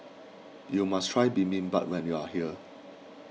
you must try Bibimbap when you are here